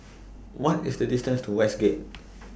What IS The distance to Westgate